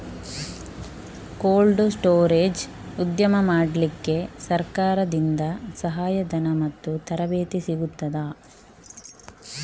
Cold storage ಉದ್ಯಮ ಮಾಡಲಿಕ್ಕೆ ಸರಕಾರದಿಂದ ಸಹಾಯ ಧನ ಮತ್ತು ತರಬೇತಿ ಸಿಗುತ್ತದಾ?